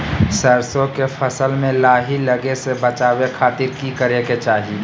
सरसों के फसल में लाही लगे से बचावे खातिर की करे के चाही?